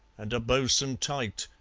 and a bo'sun tight,